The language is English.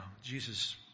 Jesus